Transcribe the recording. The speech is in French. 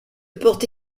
porte